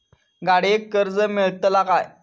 गाडयेक कर्ज मेलतला काय?